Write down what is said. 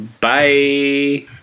bye